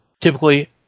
typically